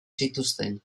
zituzten